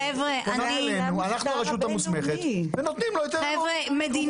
פונה אלינו ואנחנו הרשות המוסמכת שנותנת אישור.